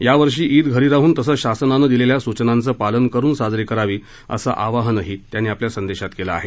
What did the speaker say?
यावर्षी ईद घरी राहन तसेच शासनाने दिलेल्या सूचनांचे पालन करून साजरी करावी असे आवाहन राज्यपालांनी आपल्या संदेशात केलं आहे